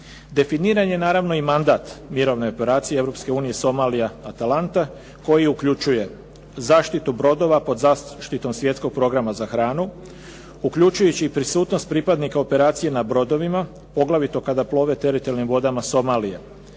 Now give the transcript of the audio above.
Definiran je naravno i mandat mirovne operacije Europske unije Somalija-Atalanta koji uključuje zaštitu brodova pod zaštitom Svjetskog programa za hranu, uključujući i prisutnost pripadnika operacije na brodovima, poglavito kada plove teritorijalnim vodama Somalije,